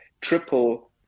triple